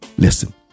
Listen